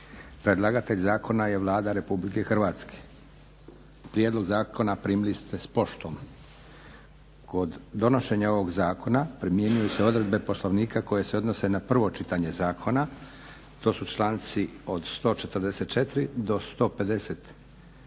Predlagatelj zakona je Vlada Republike Hrvatske. Prijedlog zakona primili ste poštom. Kod donošenja ovog zakona primjenjuju se odredbe Poslovnika koje se odnose na prvo čitanje zakona. To su članci 144. do 150.-tog